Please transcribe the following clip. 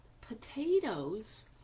Potatoes